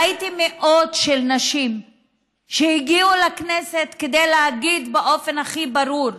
ראיתי מאות נשים שהגיעו לכנסת כדי להגיד באופן הכי ברור: